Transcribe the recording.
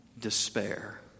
despair